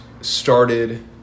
started